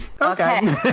Okay